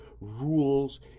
rules